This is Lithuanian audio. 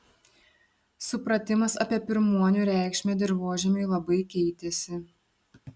supratimas apie pirmuonių reikšmę dirvožemiui labai keitėsi